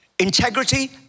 Integrity